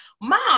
mom